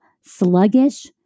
sluggish